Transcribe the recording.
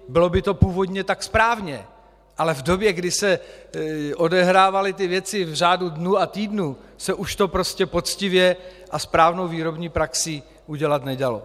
Bylo by to původně tak správně, ale v době, kdy se odehrávaly ty věci v řádu dnů a týdnů, se už to prostě poctivě a správnou výrobní praxí udělat nedalo.